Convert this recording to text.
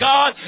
God